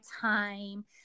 time